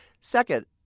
Second